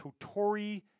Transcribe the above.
Totori